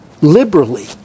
liberally